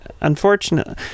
unfortunately